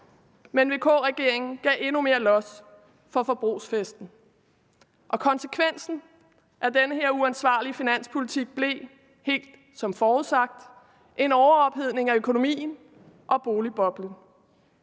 men VK-regeringen gav endnu mere los for forbrugsfesten, og konsekvensen af den her uansvarlige finanspolitik blev helt som forudsagt en overophedning af økonomien og boligboblen.